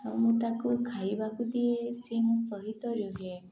ଆଉ ମୁଁ ତାକୁ ଖାଇବାକୁ ଦିଏ ସେ ମୋ ସହିତ ରୁହେ